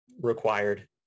required